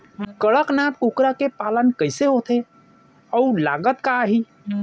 कड़कनाथ कुकरा के पालन कइसे होथे अऊ लागत का आही?